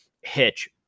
hitch